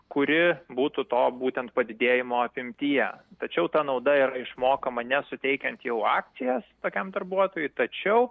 kuri būtų to būtent padidėjimo apimtyje tačiau ta nauda yra išmokama nesuteikiant jau akcijas tokiam darbuotojui tačiau